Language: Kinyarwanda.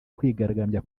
kwigaragambya